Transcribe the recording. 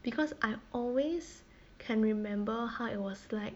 because I always can remember how it was like